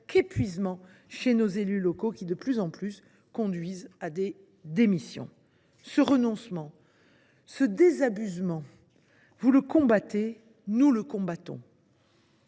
qu’épuisement chez les élus locaux et les conduisent de plus en plus à des démissions. Ce renoncement, ce désabusement, vous les combattez, nous les combattons.